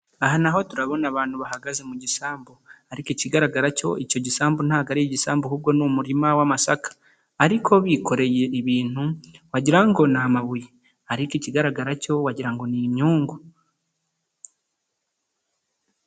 Aha na ho turabona abantu bahagaze mu gisambu ariko ikigaragara cyo icyo gisambu ntabwo ari igisambu ahubwo ni umurima w'amasaka ariko bikoreye ibintu wagira ngo ni amabuye ariko ikigaragara cyo wagira ngo ni imyungu.